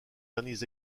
derniers